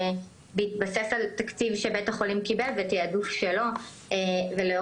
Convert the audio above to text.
בהתבסס על תקציב שבית החולים שלו בתיעדוף שלו וכאמור